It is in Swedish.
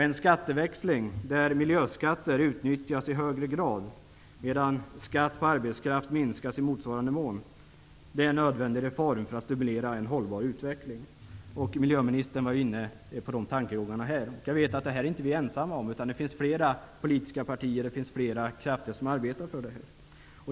En skatteväxling där miljöskatter utnyttjas i högre grad medan skatt på arbetskraften minskas i motsvarande mån är en nödvändig reform för att stimulera en hållbar utveckling. Miljöministern var inne på de tankegångarna. Jag vet att vi inte är ensamma om detta. Det finns flera politiska partier som arbetar för detta.